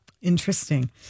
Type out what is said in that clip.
Interesting